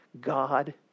God